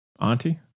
auntie